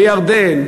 בירדן,